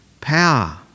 power